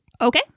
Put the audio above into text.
Okay